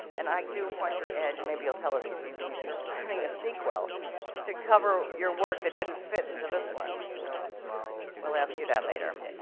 and i do wonder ed, maybe you'll tell us this evening if you're planning a sequel to cover your work that didn't fit into this one. so we'll ask you that later.